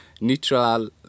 Neutral